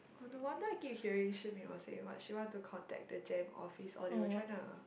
oh no wonder I keep hearing shi min was saying what she want to contact the Gem office or they were trying to